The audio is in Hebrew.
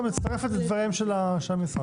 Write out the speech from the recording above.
את מצטרפת לדברי המשרד.